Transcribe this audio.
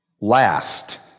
last